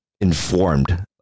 informed